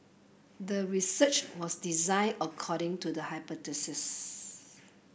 the research was design according to the hypothesis